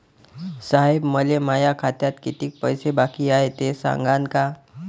साहेब, मले माया खात्यात कितीक पैसे बाकी हाय, ते सांगान का?